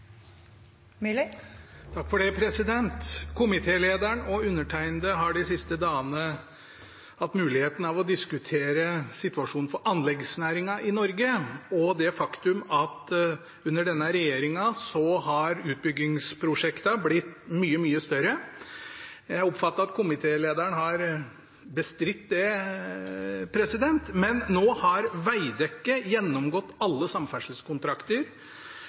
undertegnede har de siste dagene hatt muligheten til å diskutere situasjonen for anleggsnæringen i Norge og det faktum at under denne regjeringen har utbyggingsprosjektene blitt mye større. Jeg oppfatter at komitélederen har bestridt det, men nå har Veidekke gjennomgått alle samferdselskontrakter,